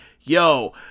yo